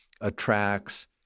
attracts